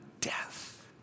death